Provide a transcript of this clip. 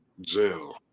jail